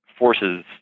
forces